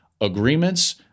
agreements